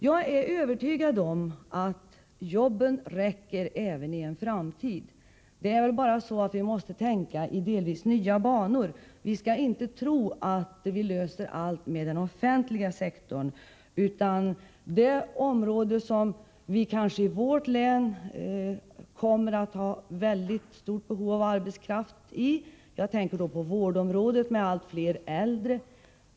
Jag är övertygad om att jobben räcker även i framtiden. Det är väl bara så att vi måste tänka i delvis nya banor. Vi skall inte tro att vi löser alla problem med hjälp av den offentliga sektorn. Se t.ex. på det område som vi i vårt län kanske kommer att ha väldigt stort arbetskraftsbehov i, nämligen vårdområdet, på grund av att det blir allt fler äldre.